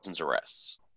arrests